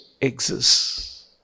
exists